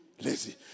lazy